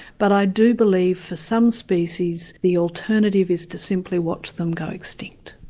but i do believe for some species the alterative is to simply watch them go extinct.